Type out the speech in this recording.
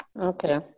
Okay